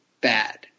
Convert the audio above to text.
bad